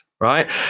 right